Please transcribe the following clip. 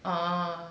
orh